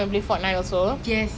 ya we at punggol also leh